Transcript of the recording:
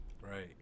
right